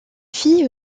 fille